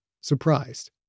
surprised